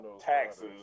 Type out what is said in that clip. taxes